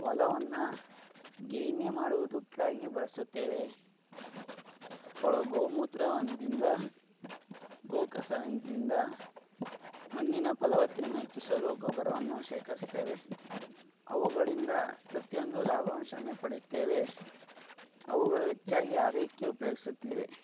ಹೊಲವನ್ನ ಗೇಯ್ಮೆ ಮಾಡುವುದಕ್ಕಾಗಿ ಬಳಸುತ್ತೇವೆ ಅವ್ಗಳ ಗೋಮೂತ್ರದಿಂದ ಗೋಕಸದಿಂದ ಮಣ್ಣಿನ ಫಲವತ್ತತೆನ್ನ ಹೆಚ್ಚಿಸಲು ಗೊಬ್ಬರವನ್ನು ಶೇಖರಿಸ್ತೇವೆ ಅವುಗಳಿಂದ ಪ್ರತಿಯೊಂದು ಲಾಭಾಂಶವನ್ನೇ ಪಡೆಯುತ್ತೇವೆ ಅವುಗಳು ಹೆಚ್ಚಾಗಿ ಆದಾಯಕ್ಕೆ ಉಪಯೋಗ್ಸುತ್ತೇವೆ